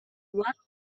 what